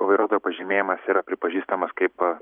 vairuotojo pažymėjimas yra pripažįstamas kaip